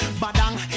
Badang